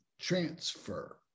transfer